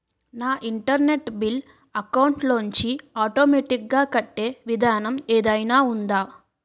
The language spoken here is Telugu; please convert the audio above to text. నా ఇంటర్నెట్ బిల్లు అకౌంట్ లోంచి ఆటోమేటిక్ గా కట్టే విధానం ఏదైనా ఉందా?